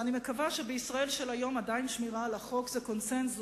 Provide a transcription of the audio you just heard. ואני מקווה שבישראל של היום עדיין בשמירה על החוק יש קונסנזוס,